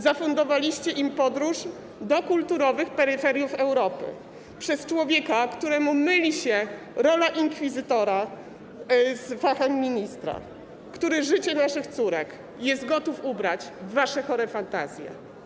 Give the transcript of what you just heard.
Zafundowaliście im podróż na kulturowe peryferie Europy przez człowieka, któremu myli się rola inkwizytora z fachem ministra, który życie naszych córek jest gotów ubrać w wasze chore fantazje.